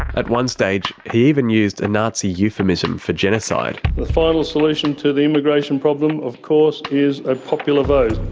at one stage, he even used a and nazi euphemism for genocide. the final solution to the immigration problem of course is a popular vote.